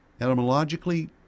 etymologically